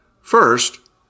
First